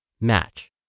match